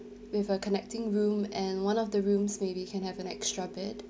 with a connecting room and one of the rooms maybe can have an extra bed